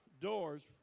doors